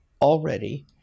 already